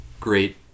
great